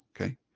okay